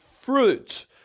fruit